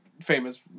famous